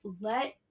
let